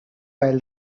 while